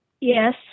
Yes